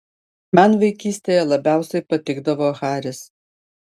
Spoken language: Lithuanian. man vaikystėje labiausiai patikdavo haris